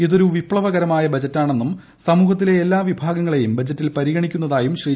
ഇതൊരു വിപ്ലവകരമായ ബജറ്റാണെന്നു് സമൂഹത്തിലെ എല്ലാ വിഭാഗങ്ങളേയും ബജറ്റിൽ പ്പരിഗണിക്കുന്നതായും ശ്രീ